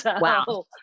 Wow